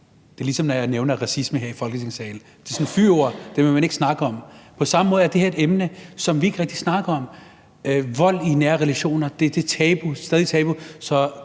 det. Ligesom når jeg nævner racisme her i Folketingssalen, det er et fyord, og det vil man ikke snakke om. På samme måde er det her et emne, som vi ikke rigtig snakker om. Vold i nære relationer er stadig